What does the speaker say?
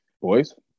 boys